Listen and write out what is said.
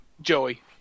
Joey